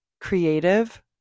creative